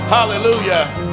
Hallelujah